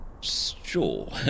Sure